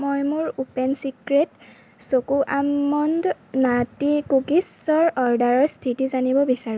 মই মোৰ open secret choco almond nutty কুকিজৰ অৰ্ডাৰৰ স্থিতি জানিব বিচাৰোঁ